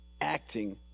acting